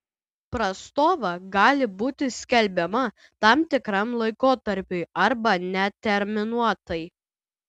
prastova gali būti skelbiama tam tikram laikotarpiui arba neterminuotai